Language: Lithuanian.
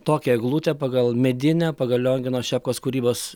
tokią eglutę pagal medinę pagal liongino šepkos kūrybos